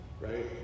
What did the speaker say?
right